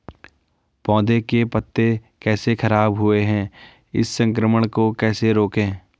पौधों के पत्ते कैसे खराब हुए हैं इस संक्रमण को कैसे रोकें?